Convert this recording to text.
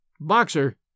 Boxer